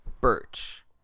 birch